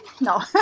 No